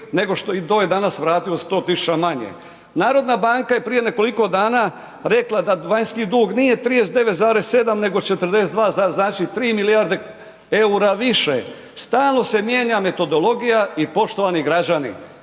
nego što i to je danas vratilo 100 tisuća manje. Narodna banka je prije nekoliko dana rekla da vanjski dug nije 39,7, nego 42, znači 3 milijarde eura više. Stalno se mijenja metodologija. I poštovani građani